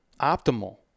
Optimal